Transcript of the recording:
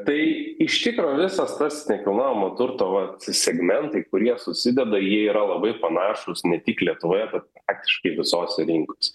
tai iš tikro visas tas nekilnojamo turto va segmentai kurie susideda jie yra labai panašūs ne tik lietuvoje bet praktiškai visose rinkose